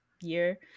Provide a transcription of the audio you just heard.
year